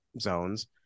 zones